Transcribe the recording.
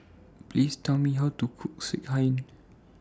Please Tell Me How to Cook Sekihan